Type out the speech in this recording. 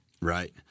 Right